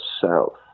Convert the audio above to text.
south